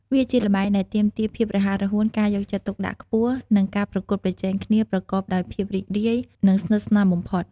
វាជាល្បែងដែលទាមទារភាពរហ័សរហួន ការយកចិត្តទុកដាក់ខ្ពស់ និងការប្រកួតប្រជែងគ្នាប្រកបដោយភាពរីករាយ និងស្និទ្ធស្នាលបំផុត។